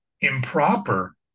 improper